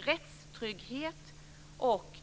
Rättstrygghet och